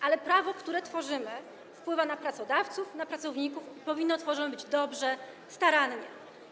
Ale prawo, które tworzymy, wpływa na pracodawców, na pracowników i powinno być tworzone dobrze, starannie.